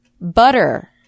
Butter